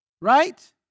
Right